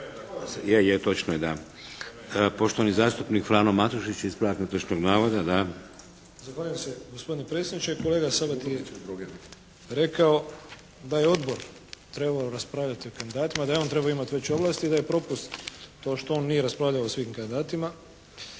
da, da. Točno je. Poštovani zastupnik Frano Matušić, ispravak netočnog navoda. **Matušić, Frano (HDZ)** Zahvaljujem se gospodine predsjedniče. Gospodin Sabati je rekao da je Odbor trebao raspravljati o kandidatima, da je on trebao imati veće ovlasti i da je propust to što on nije raspravljao o svim kandidatima.